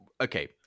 okay